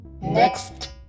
next